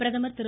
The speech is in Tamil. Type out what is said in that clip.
பிரதமர் திரு